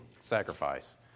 sacrifice